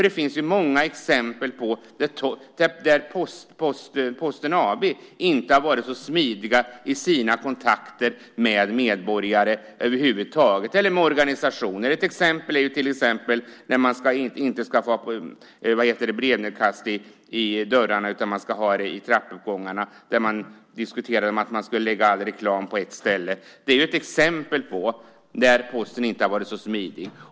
Det finns många exempel på att Posten AB inte har varit så smidig över huvud taget i sina kontakter med medborgare eller med organisationer. Ett exempel är att det inte ska vara brevinkast i dörrarna utan i trappuppgångarna och där man diskuterar att lägga all reklam på ett ställe. Det är ett exempel på att Posten inte har varit så smidig.